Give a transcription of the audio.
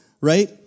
right